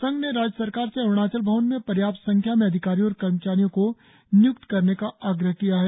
संघ ने राज्य सरकार से अरुणाचल भवन में पर्याप्त संख्या में अधिकारियों और कर्मचारियो की निय्क्ति करने का आग्रह किया है